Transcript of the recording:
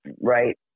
right